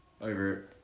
Over